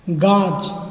गाछ